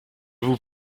vous